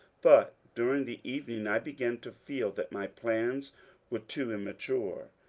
but during the evening i began to feel that my plans were too immature.